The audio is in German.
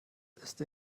ist